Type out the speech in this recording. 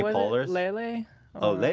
bowlers lately oh